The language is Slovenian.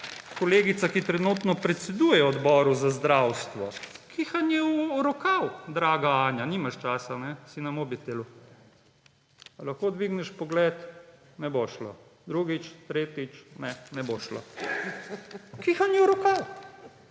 kolegica, ki trenutno predseduje Odboru za zdravstvo − kihanje v rokav, draga Anja. Nimaš časa, ne? Si na mobitelu. Ali lahko dvigneš pogled? Ne bo šlo. Drugič, tretjič, ne, ne bo šlo. Kihanje v rokav.